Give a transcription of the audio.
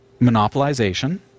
monopolization